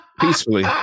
peacefully